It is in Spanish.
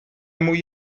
muy